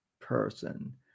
person